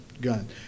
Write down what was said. gun